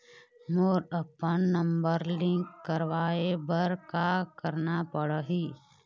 मोला अपन number link करवाये बर का करना पड़ही?